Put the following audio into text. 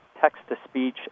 text-to-speech